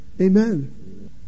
Amen